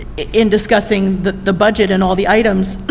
in discussing the the budget and all the items,